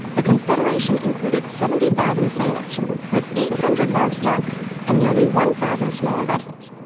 the confederation included seventy thousand sailors with eight hundred large junks and nearly one thousand smaller vessels.